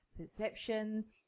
perceptions